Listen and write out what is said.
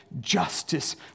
justice